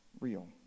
real